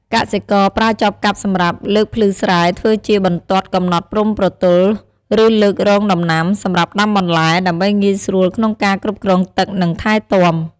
កសិករប្រើចបកាប់សម្រាប់ លើកភ្លឺស្រែធ្វើជាបន្ទាត់កំណត់ព្រំប្រទល់ឬលើករងដំណាំ សម្រាប់ដាំបន្លែ ដើម្បីងាយស្រួលក្នុងការគ្រប់គ្រងទឹក និងថែទាំ។